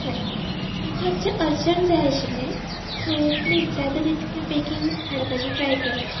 हय म्हाका मात्शे अर्जंट जाय आशिल्ले सो प्लीज आतां तितके बेगीन हाडपाचे ट्राय करात